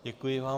Děkuji vám.